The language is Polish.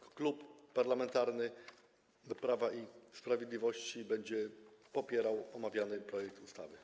Klub Parlamentarny Prawo i Sprawiedliwość będzie popierał omawiany projekt ustawy.